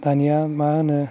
दानिया मा होनो